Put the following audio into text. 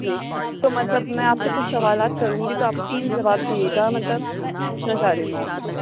جی تو مطلب میں آپ سے کچھ سوالات کروں گی تو آپ اس میں جواب دیجیے گا مطلب پوچھنا چاہ رہی ہوں میں آپ سے کچھ